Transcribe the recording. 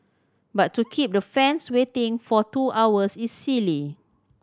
but to keep the fans waiting for two hours is silly